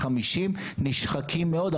50 נשחקים מאוד,